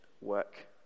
work